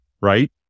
right